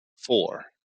four